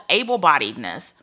able-bodiedness